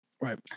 right